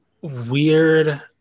weird